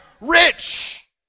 rich